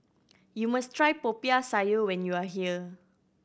you must try Popiah Sayur when you are here